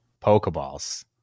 Pokeballs